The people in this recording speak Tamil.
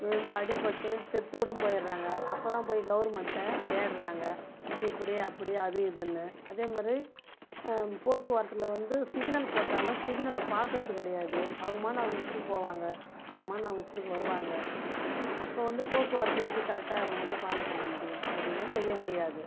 விழுந்து அடிபட்டு செத்துகூட போயிட்றாங்க அப்போ தான் போய் கவுர்மண்ட்டை தேடுகிறாங்க இப்படி அப்படி அது இதுன்னு அதேமாரி போக்குவரத்தில் வந்து சிகுனல் போட்டாலும் சிகுனலை பார்க்குறது கிடையாது அவங்கமான்னு அவங்க இஷ்ட்டத்துக்கு போவாங்க அவங்கமான்னு அவங்க இஷ்ட்டத்துக்கு வருவாங்க அப்போ வந்து போக்குவரத்து எப்படி கரெட்டாக அவங்க வந்து ஃபாலோ பண்ண முடியும் எதையுமே செய்ய முடியாது